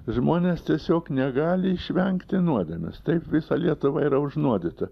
žmonės tiesiog negali išvengti nuodėmės taip visa lietuva yra užnuodyta